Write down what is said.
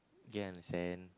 okay understand